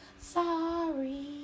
Sorry